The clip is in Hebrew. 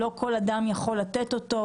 לא כל אדם יכול לתת אותו,